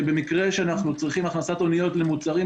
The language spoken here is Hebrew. ובמקרה שאנחנו צריכים הכנסת אניות למוצרים